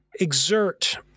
exert